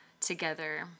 together